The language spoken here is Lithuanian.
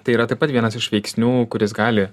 tai yra taip pat vienas iš veiksnių kuris gali